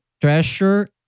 treasure